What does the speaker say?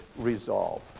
resolve